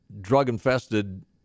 drug-infested